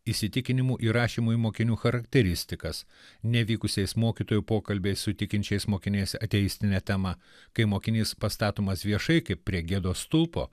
įsitikinimų įrašymu į mokinių charakteristikas nevykusiais mokytojų pokalbiais su tikinčiais mokiniais ateistine tema kai mokinys pastatomas viešai kaip prie gėdos stulpo